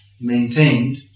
maintained